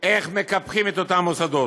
איך מקפחים את אותם מוסדות?